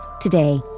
Today